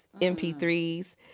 MP3s